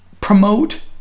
promote